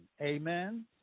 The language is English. amen